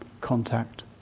contact